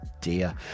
dear